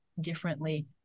differently